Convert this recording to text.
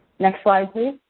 next slide, please.